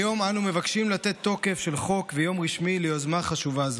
היום אנו מבקשים לתת תוקף של חוק ויום רשמי ליוזמה חשובה זו.